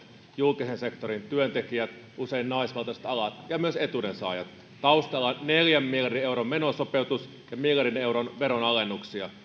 julkisen sektorin työntekijät usein naisvaltaiset alat ja myös etuudensaajat taustalla on neljän miljardin euron menosopeutus ja miljardin euron veronalennuksia